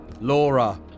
Laura